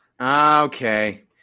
okay